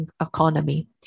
economy